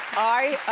i